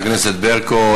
תודה, חברת הכנסת ברקו.